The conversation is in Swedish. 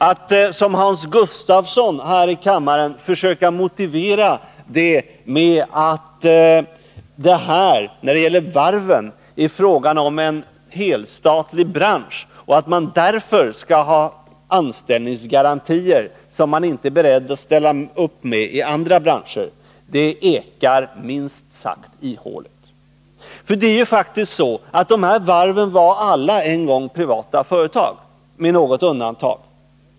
Att som Hans Gustafsson gjorde här i kammaren försöka motivera det med att när det gäller varven är det fråga om en helstatlig bransch och att man därför skall ha anställningsgarantier, som man inte är beredd att ställa upp med i andra branscher, ekar minst sagt ihåligt. Det är faktiskt så att de här varven alla en gång var privata företag — med något undantag.